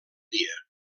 dia